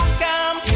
come